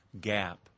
gap